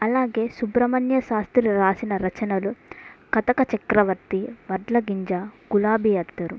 అలాగే సుబ్రహ్మణ్య శాస్త్రి రాసిన రచనలు కథక చక్రవర్తి వడ్ల గింజ గులాబీ అత్తరు